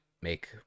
make